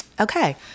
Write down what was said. okay